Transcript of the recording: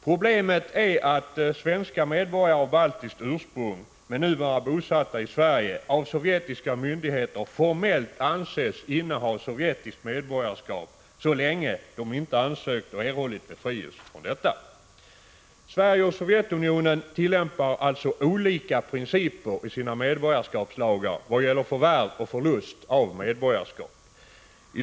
Problemet är att svenska medborgare av baltiskt ursprung, men som numera är bosatta i Sverige, av sovjetiska myndigheter formellt anses inneha sovjetiskt medborgarskap så länge de inte har ansökt om och erhållit befrielse från detta. Sverige och Sovjetunionen tillämpar alltså olika principer i sina medborgarskapslagar vad gäller förvärv och förlust av medborgarskap.